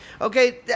Okay